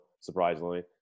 surprisingly